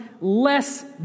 less